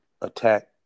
attack